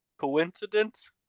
Coincidence